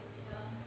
ya